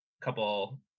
couple